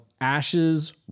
Ashes